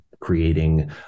creating